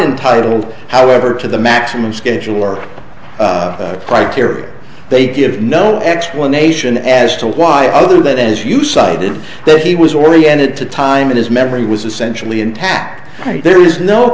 entitled however to the maximum schedule or criteria they give no explanation as to why other than as you cited that he was oriented to time in his memory was essentially intact right there is no